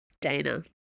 Dana